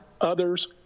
others